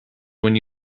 when